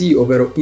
ovvero